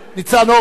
ניצן הורוביץ,